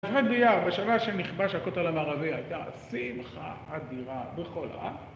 בח' אייר, בשנה שנכבש הכותל המערבי, הייתה שמחה אדירה בכל העם